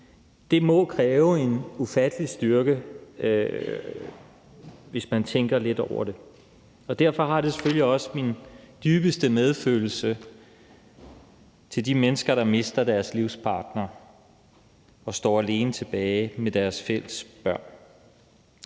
Det må kræve en ufattelig styrke, hvis man tænker lidt over det. Derfor har jeg selvfølgelig også den dybeste medfølelse med de mennesker, der mister deres livspartner og står alene tilbage med deres fælles børn.